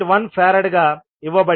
1 F గా ఇవ్వబడింది